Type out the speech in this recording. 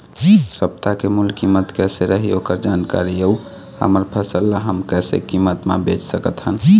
सप्ता के मूल्य कीमत कैसे रही ओकर जानकारी अऊ हमर फसल ला हम कैसे कीमत मा बेच सकत हन?